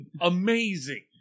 amazing